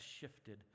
shifted